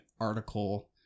article